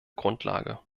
grundlage